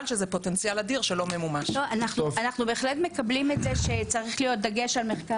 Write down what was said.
אנחנו בהחלט מקבלים את זה שצריך להיות דגש על מחקר